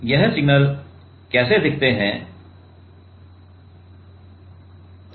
और ये सिग्नल कैसे दिखते हैं